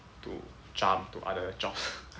to jump to other job